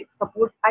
support